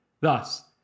Thus